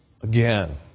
again